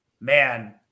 Man